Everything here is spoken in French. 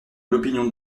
l’opinion